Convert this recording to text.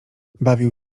bawił